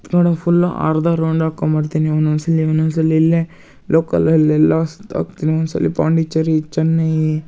ಅತ್ತ ಕಡೆ ಫುಲ್ಲು ಅರ್ಧ ರೌಂಡ್ ಹಾಕೊಂಬರ್ತೀನಿ ಒಂದೊಂದು ಸಲ ಒಂದೊಂದು ಸಲ ಇಲ್ಲೇ ಲೋಕಲಲ್ಲಿ ಎಲ್ಲ ಸುತ್ತಾಕ್ತೀನಿ ಒಂದೊಂದು ಸಲ ಪಾಂಡಿಚೇರಿ ಚೆನ್ನೈ